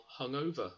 hungover